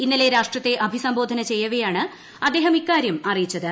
ഇന്നലെ ് രാഷ്ട്രത്തെ അഭിസംബോധന ചെയ്യവെയാണ് അദ്ദേഹം ഇക്കാര്യം അറിയിച്ചത്